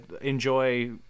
enjoy